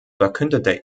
verkündete